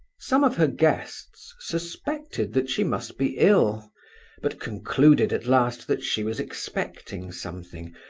some of her guests suspected that she must be ill but concluded at last that she was expecting something,